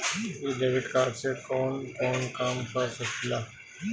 इ debit card से कवन कवन काम कर सकिला?